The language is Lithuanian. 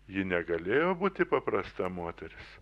ji negalėjo būti paprasta moteris